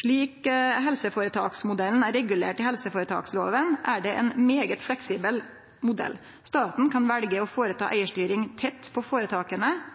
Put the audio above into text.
«Slik helseforetaksmodellen er regulert i helseforetaksloven, er det en meget fleksibel modell. Staten kan velge å foreta eierstyring tett på foretakene,